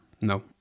no